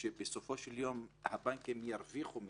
בסופו של יום הבנקים ירוויחו מזה,